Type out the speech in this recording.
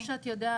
כמו שאת יודעת,